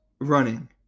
running